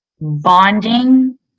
bonding